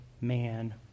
man